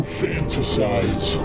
fantasize